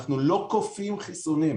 אנחנו לא כופים חיסונים.